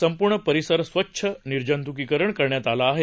संपूर्ण परिसर स्वच्छ निर्जंत्कीकरण करण्यात आलं आहे